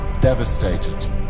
devastated